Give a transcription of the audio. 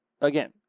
Again